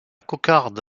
cocarde